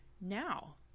now